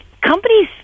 companies